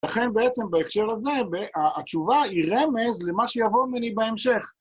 לכן בעצם בהקשר הזה התשובה היא רמז למה שיבוא ממני בהמשך.